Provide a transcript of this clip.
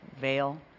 veil